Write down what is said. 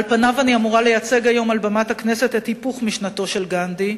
על פניו אני אמורה לייצג היום על במת הכנסת את היפוך משנתו של גנדי,